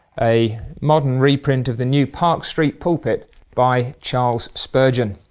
a modern reprint of the new park street pulpit by charles spurgeon.